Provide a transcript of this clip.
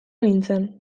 nintzen